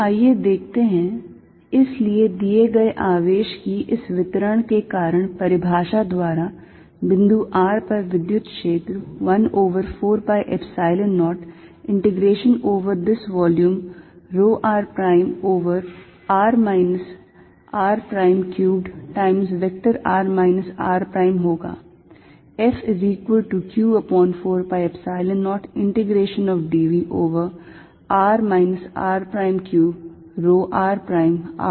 तो आइए देखते हैं इसलिए दिए गए आवेश की इस वितरण के कारण परिभाषा द्वारा बिंदु r पर विद्युत क्षेत्र 1 over 4 pi Epsilon 0 rho r prime over r minus r prime cubed times vector r minus r prime का इस आयतन पर समाकलन होगा